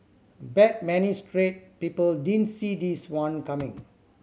bet many straight people didn't see this one coming